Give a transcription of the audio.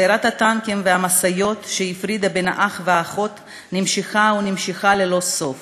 שיירת הטנקים והמשאיות שהפרידה בין האח לאחות נמשכה ונמשכה ללא סוף.